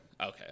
okay